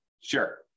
Sure